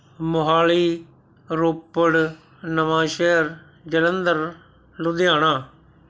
Mohali Ropar Nawanshahr Jalandhar Ludhiana